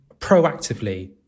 proactively